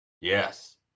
Yes